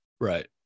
Right